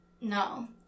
No